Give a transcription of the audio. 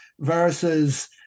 versus